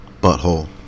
butthole